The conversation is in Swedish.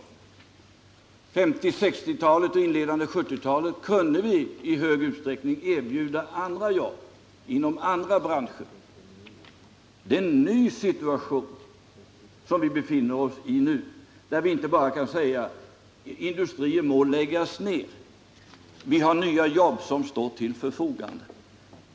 På 1950-talet, 1960-talet och det inledande 1970-talet kunde vi i stor utsträckning erbjuda andra jobb inom andra branscher. Nu befinner vi oss i en ny situation. Vi kan inte bara säga: Industrin må läggas ned, vi har nya jobb som står till förfogande.